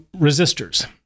resistors